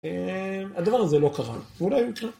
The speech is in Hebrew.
הדבר הזה לא קרה, ואולי הוא יקרה.